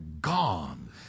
gone